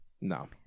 No